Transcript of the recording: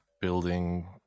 building